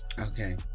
okay